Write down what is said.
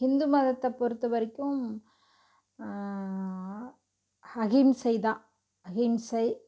ஹிந்து மதத்தை பொறுத்தவரைக்கும் அகிம்சை தான் அகிம்சை